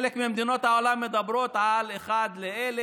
חלק ממדינות העולם מדברות על אחד ל-1,000,